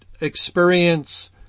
experience